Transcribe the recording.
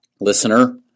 listener